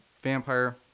vampire